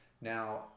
Now